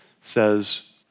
says